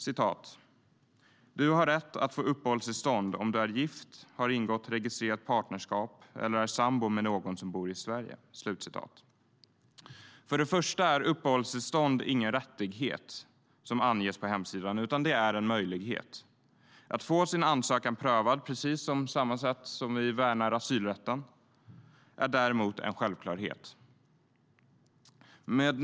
Det står: "Du har rätt att få uppehållstillstånd om du är gift, har ingått registrerat partnerskap eller är sambo med någon som bor i Sverige." Först och främst är uppehållstillstånd ingen rättighet såsom anges på hemsidan, utan det är en möjlighet. Att få sin ansökan prövad, precis på samma sätt som vi värnar asylrätten, är däremot en självklarhet.